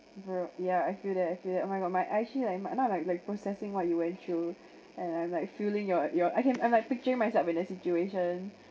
for real yeah I feel that I feel that oh my god my I actually like you might not like like processing what you went through and I like feeling your your I can I'm like picturing myself in a situation